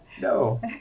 no